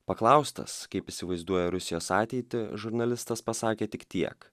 paklaustas kaip įsivaizduoja rusijos ateitį žurnalistas pasakė tik tiek